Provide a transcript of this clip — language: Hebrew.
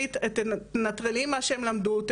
תנטרלי מה שהם למדו,